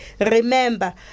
Remember